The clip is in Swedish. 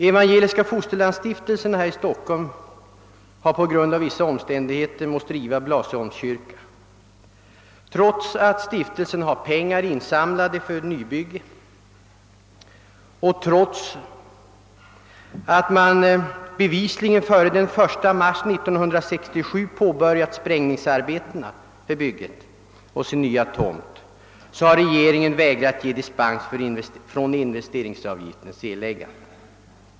Evangeliska = fosterlandsstiftelsen i Stockholm har på grund av vissa omständigheter måst riva Blasieholmskyrkan. Trots att stiftelsen har pengar insamlade för ett nybygge och trots att man bevisligen före den 1 mars 1967 påbörjade sprängningsarbetena för bygget på sin nya tomt, har regeringen vägrat ge dispens från investeringsavgiften.